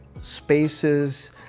spaces